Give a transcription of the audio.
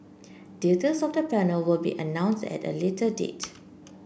details of the panel will be announced at a later date